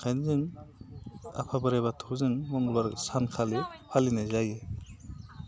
ओंखायनो जों आफा बोराइ बाथौखौ जों मंगलबार सानखालि फालिनाय जायो